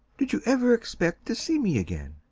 did you ever expect to see me again?